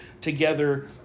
together